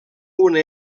una